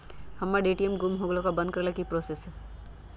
हमर ए.टी.एम गुम हो गेलक ह ओकरा बंद करेला कि कि करेला होई है?